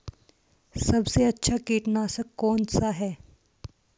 सबसे अच्छा कीटनाशक कौन सा है?